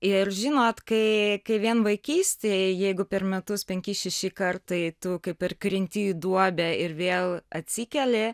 ir žinot kai kai vien vaikystėj jeigu per metus penki šeši kartai tu kaip ir krinti į duobę ir vėl atsikeli